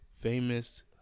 famous